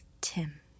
Tim